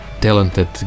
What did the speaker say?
talented